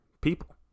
people